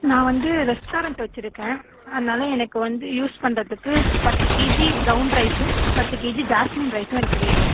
நான் வந்து ரெஸ்டாரண்ட் வச்சுருக்கேன் அதனால் எனக்கு வந்து யூஸ் பண்ணுறதுக்கு பத்து கேஜி பிரௌன் ரைஸும் பத்து கேஜி ஜாஸ்மின் ரைஸும் எனக்கு வேணும்